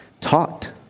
taught